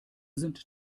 sind